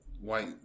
white